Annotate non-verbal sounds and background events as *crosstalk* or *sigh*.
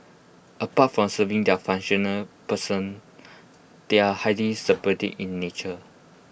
apart from serving their functional person they are highly *unintelligible* in nature